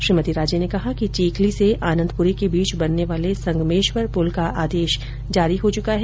श्रीमती राजे ने कहा कि चिखली से आनन्दपुरी के बीच बनने वाले संगमेश्वर पुल का आदेश जारी हो चुका है